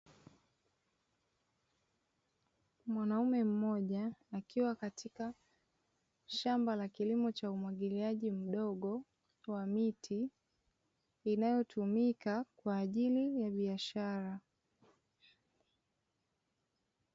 Mwanaume mmoja akiwa katika shamba la kilimo cha umwagiliaji mdogo wa miti, inayotumika kwa ajili ya biashara.